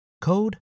code